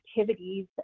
activities